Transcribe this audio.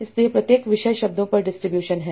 इसलिए प्रत्येक विषय शब्दों पर डिस्ट्रीब्यूशन है